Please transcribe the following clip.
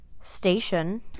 station